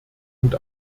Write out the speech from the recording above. und